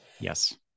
Yes